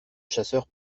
chasseur